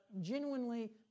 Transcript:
genuinely